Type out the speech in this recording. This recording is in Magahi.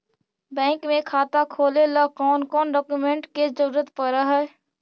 बैंक में खाता खोले ल कौन कौन डाउकमेंट के जरूरत पड़ है?